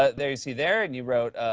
ah there you see, there, and you wrote,